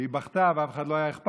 והיא בכתה, ולאף אחד לא היה אכפת.